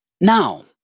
Now